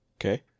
Okay